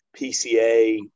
PCA